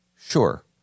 Sure